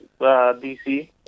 DC